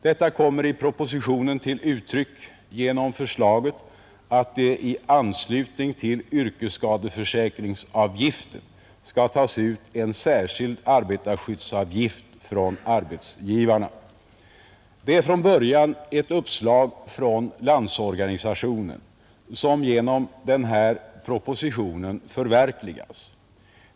Detta kommer i propositionen till uttryck genom förslaget att det i anslutning till yrkesskadeförsäkringsavgiften skall tas ut en särskild arbetarskyddsavgift från arbetsgivarna. Det är från början ett uppslag från LO som genom den här propositionen förverkligas.